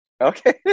Okay